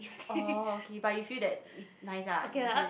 orh okay but you feel that it's nice ah if you